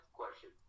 question